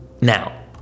now